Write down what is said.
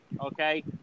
okay